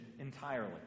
entirely